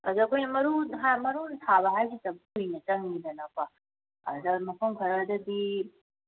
ꯑꯗ ꯑꯩꯈꯣꯏꯅ ꯃꯔꯨꯅ ꯊꯥꯕ ꯍꯥꯏꯁꯤꯇꯕꯨ ꯀꯨꯏꯅ ꯆꯪꯉꯤꯗꯅꯀꯣ ꯑꯗꯨꯗ ꯃꯐꯝ ꯈꯔꯗꯗꯤ